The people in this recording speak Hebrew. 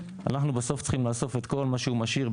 ואנחנו בסוף היום צריכים לאסוף את כל מה שהוא משאיר,